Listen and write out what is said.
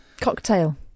cocktail